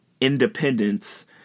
independence